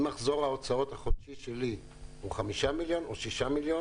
אם מחזור ההוצאות החודשי שלי הוא 5 או 6 מיליון,